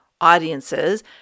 audiences